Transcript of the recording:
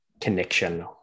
connection